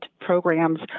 programs